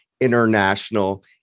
international